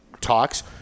talks